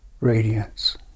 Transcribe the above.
radiance